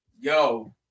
Yo